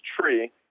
tree